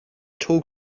tall